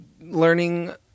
learning